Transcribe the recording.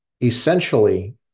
Essentially